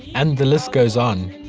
and the list goes on.